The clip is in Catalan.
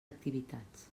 activitats